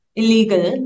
illegal